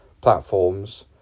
platforms